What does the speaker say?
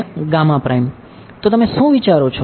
તો તમે શું વિચારો છો